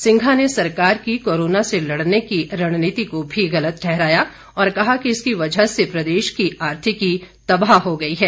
सिंघा ने सरकार की कोरोना से लड़ने की रणनीति को भी गलत ठहराया और कहा कि इसकी वजह से प्रदेश की आर्थिकी तबाह हो गई है